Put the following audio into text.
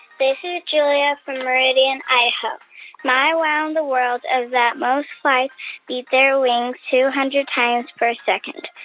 this is julia from meridian, idaho. my wow in the world is that most flies beat their wings two hundred times per second.